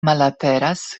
malaperas